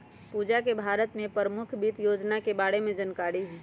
पूजा के भारत के परमुख वित योजना के बारे में जानकारी हई